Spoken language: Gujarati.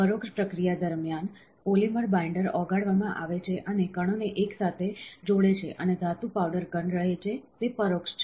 પરોક્ષ પ્રક્રિયા દરમિયાન પોલિમર બાઈન્ડર ઓગાળવામાં આવે છે અને કણોને એક સાથે જોડે છે અને ધાતુ પાવડર ઘન રહે છે તે પરોક્ષ છે